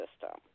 system